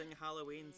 Halloween